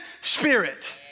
spirit